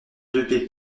deux